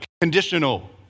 conditional